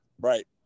Right